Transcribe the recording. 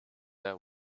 their